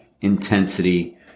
intensity